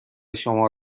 شما